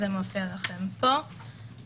זה מופיע לכם פה.